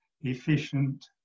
efficient